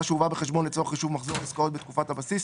שהובאה בחשבון לצורך חישוב מחזור עסקאות בתקופת הבסיס,